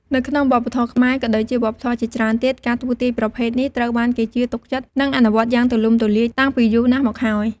នៅក្នុងវប្បធម៌ខ្មែរ ក៏ដូចជាវប្បធម៌ជាច្រើនទៀត ការទស្សន៍ទាយប្រភេទនេះត្រូវបានគេជឿទុកចិត្ត និងអនុវត្តយ៉ាងទូលំទូលាយតាំងពីយូរណាស់មកហើយ។